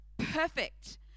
perfect